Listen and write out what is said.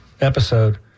episode